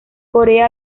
corea